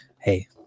Hey